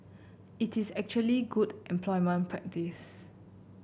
it is actually good employment practice